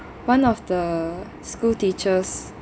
one of the school teachers